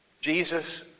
Jesus